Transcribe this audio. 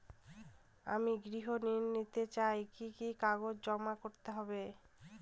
আমি গৃহ ঋণ নিতে চাই কি কি কাগজ জমা করতে হবে?